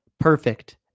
Perfect